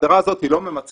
ההגדרה הזאת היא לא ממצה,